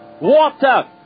water